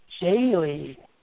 daily